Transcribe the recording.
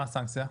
מה הסנקציה?